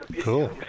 Cool